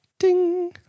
ding